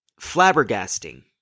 flabbergasting